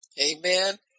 Amen